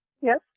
Yes